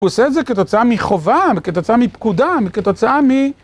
הוא עושה את זה כתוצאה מחובה, כתוצאה מפקודה, כתוצאה מ...